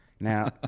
Now